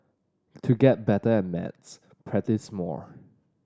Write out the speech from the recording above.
to get better at maths practise more